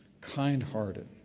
kind-hearted